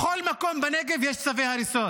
בכל מקום בנגב יש צווי הריסות,